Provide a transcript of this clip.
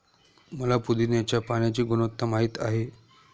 मला पुदीन्याच्या पाण्याची गुणवत्ता माहित आहे